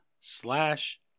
slash